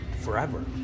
forever